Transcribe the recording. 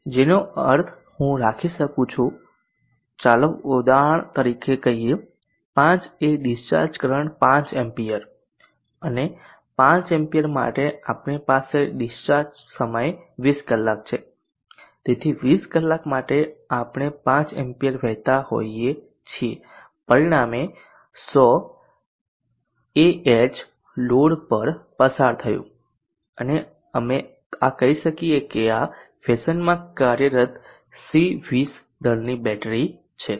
જેનો અર્થ હું રાખી શકું છું ચાલો ઉદાહરણ તરીકે કહીએ 5 એ આ ડિસ્ચાર્જ કરંટ 5 A અને 5 amps માટે આપણી પાસે ડિસ્ચાર્જ સમય 20 કલાક છે તેથી 20 કલાક માટે આપણે 5 A વહેતા હોઈએ છીએ પરિણામે 100 Ah લોડ પર પસાર થયું અને અમે આ કહી શકીએ આ ફેશનમાં કાર્યરત સી20 દરની બેટરી છે